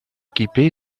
équipé